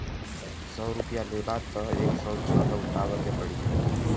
सौ रुपइया लेबा त एक सौ छह लउटाए के पड़ी